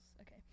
Okay